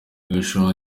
irushanwa